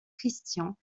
christian